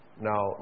Now